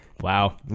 Wow